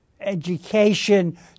education